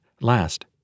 Last